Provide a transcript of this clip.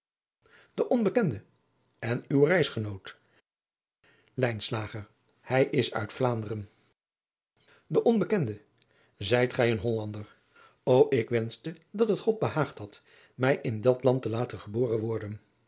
de onbekende en uw reisgenoot lijnslager is uit vlaanderen de onbekende zijt gij een hollander ô ik wenschte dat het god behaagd had mij in dat land te laten geboren worden